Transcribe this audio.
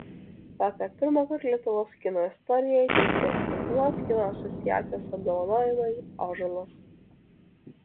vakar pirmąkart lietuvos kino istorijoje įteikti lietuvos kino asociacijos apdovanojimai ąžuolas